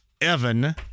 Evan